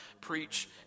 preach